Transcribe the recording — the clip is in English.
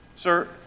Sir